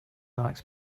likes